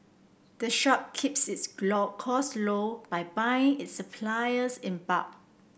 the shop keeps its costs low by buying its supplies in bulk